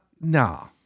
no